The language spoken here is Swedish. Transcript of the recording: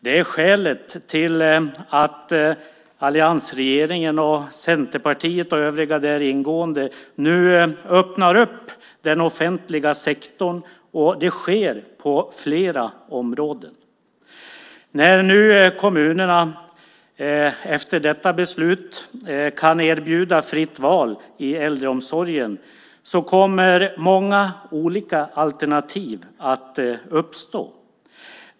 Det är skälet till att alliansregeringen, Centerpartiet och övriga där ingående partier, nu öppnar den offentliga sektorn. Och det sker på flera områden. När nu kommunerna efter detta beslut kan erbjuda fritt val i äldreomsorgen kommer många olika alternativ att uppstå.